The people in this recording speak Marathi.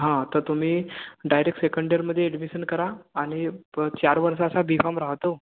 हां तर तुम्ही डायरेक्ट सेकंड इयरमध्ये ॲडमिसन करा आणि प चार वर्ष असा बी फाम राहतो